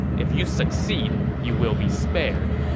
if you succeed, you will be spared.